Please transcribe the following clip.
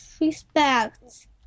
Respect